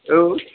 औ